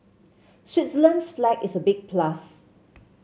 Switzerland's flag is a big plus